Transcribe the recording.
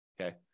okay